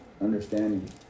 understanding